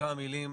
בכמה מילים,